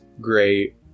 great